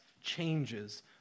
changes